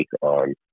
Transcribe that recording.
on